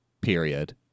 period